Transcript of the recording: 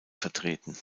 vertreten